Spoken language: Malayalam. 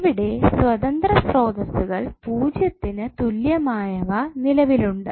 ഇവിടെ സ്വതന്ത്ര ശ്രോതസ്സുകൾ പൂജ്യത്തിന് തുല്യമായവ നിലവിലുണ്ട്